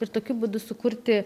ir tokiu būdu sukurti